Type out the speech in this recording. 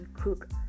cook